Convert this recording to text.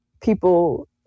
people